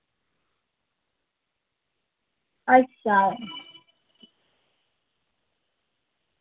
अच्छा